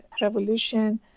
revolution